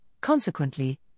Consequently